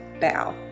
bow